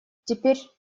теперь